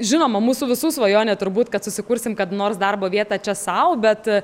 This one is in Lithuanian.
žinoma mūsų visų svajonė turbūt kad susikursim kad nors darbo vietą čia sau bet